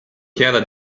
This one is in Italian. chiara